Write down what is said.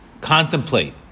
contemplate